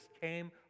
came